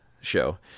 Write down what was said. show